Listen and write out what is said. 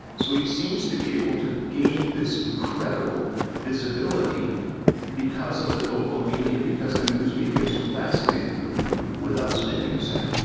so he seems to be able to gain this incredible visibility because of the local media, because the news media is so fascinated with him, without spending a cent.